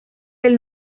del